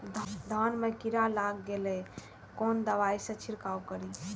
धान में कीरा लाग गेलेय कोन दवाई से छीरकाउ करी?